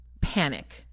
panic